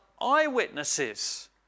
eyewitnesses